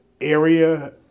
area